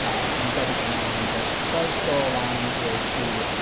and it doesn't align, but it does still align with the